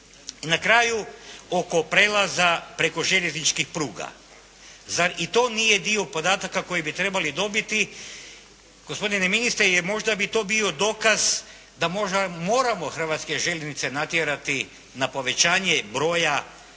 na kraju oko prijelaza preko željezničkih pruga. Zar i to nije dio podataka koji bi trebali dobiti? Gospodine ministre, jer možda bi to bio dokaz da možda moramo Hrvatske željeznice natjerati na povećanje broja